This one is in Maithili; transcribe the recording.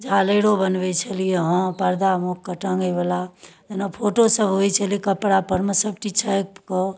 झालड़िओ बनबै छलियै हँ पर्दामे ओइके टाँगैवला जेना फोटो सब होइ छलै कपड़ापर मे सब चीज छापिकऽ